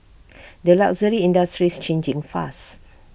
the luxury industry's changing fast